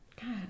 God